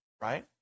right